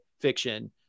fiction